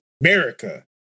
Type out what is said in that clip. America